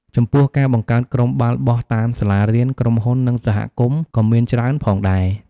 ចំពោះការបង្កើតក្រុមបាល់បោះតាមសាលារៀន ក្រុមហ៊ុន និងសហគមន៍ក៏មានច្រើនផងដែរ។